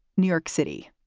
new york city.